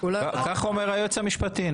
כך אומר היועץ המשפטי.